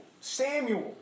Samuel